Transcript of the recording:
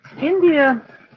india